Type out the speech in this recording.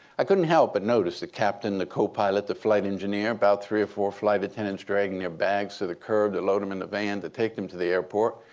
i couldn't help but notice the captain, the copilot, the flight engineer, about three or four flight attendants dragging their bags to the curb to load them in the van to take them to the airport.